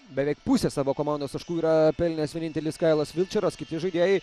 beveik pusę savo komandos taškų yra pelnęs vienintelis kailas vilčeras kiti žaidėjai